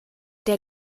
der